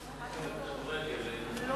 (הרחבת הטיפולים הפארה-רפואיים לילדים המצויים בספקטרום האוטיסטי),